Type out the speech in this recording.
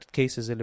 cases